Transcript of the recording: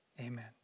amen